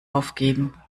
aufgeben